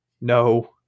No